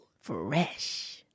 Fresh